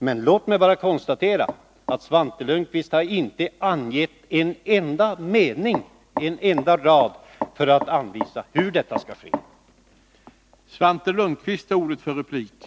Men låt mig bara konstatera att Svante Lundkvist inte med en enda mening, inte med en enda rad, har angivit hur detta skall ske.